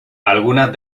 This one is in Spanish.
algunas